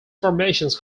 formations